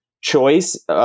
choice